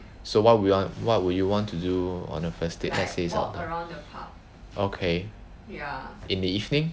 so why would you want what would you want to do on a first date let's say it's outdoor okay in the evening